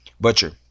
butcher